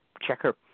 checker